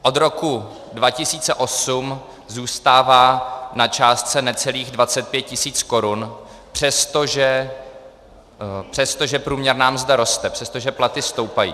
Od roku 2008 zůstává na částce necelých 25 tisíc korun, přestože průměrná mzda roste, přestože platy stoupají.